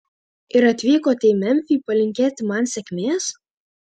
ir atvykote į memfį palinkėti man sėkmės